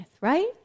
Right